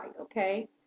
okay